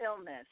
illness